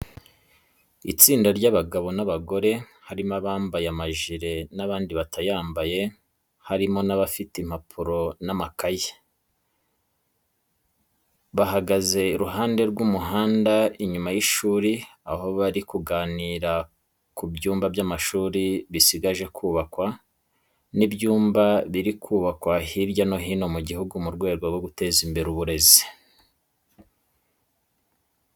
Itsinda ry'abagabo n'abagore, harimo abambaye amajire n'abandi batayambaye, harimo n'abafite impapuro n'amakayi. Bahagaze iruhande rw'umuhanda inyuma y'ishuri, aho bari kuganira ku byumba by'amashuri bisigaje kubakwa. Ni ibyumba biri kubakwa hirya no hino mu gihugu, mu rwego rwo guteza imbere uburezi.